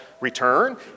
return